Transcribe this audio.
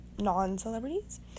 non-celebrities